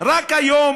רק היום